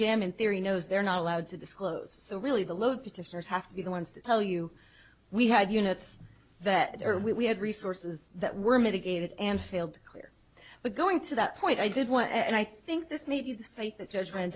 j am in theory knows they're not allowed to disclose so really the low petitioners have to be the ones to tell you we had units that are we had resources that were mitigated and failed clear but going to that point i did want and i think this may be the same judg